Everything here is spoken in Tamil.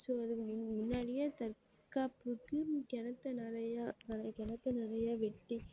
ஸோ அதுக்கு முன்னாடியே தற்காப்புக்கு கிணத்த நிறையா கிணத்த நிறையா வெட்டி